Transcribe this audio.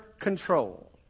control